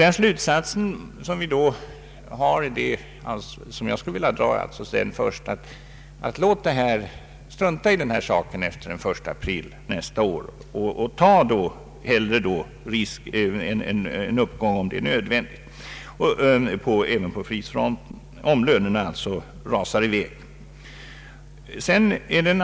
Den slutsats jag skulle vilja dra är således att prisstoppet bör upphöra den 1 april nästa år. Ta hellre en uppgång i priserna om det blir nödvändigt genom att lönerna skjuter i höjden.